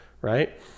right